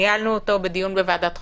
ניהלנו אותו בדיון בוועדת החוקה,